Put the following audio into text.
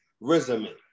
resume